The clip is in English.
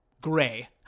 gray